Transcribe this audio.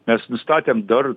mes nustatėm dar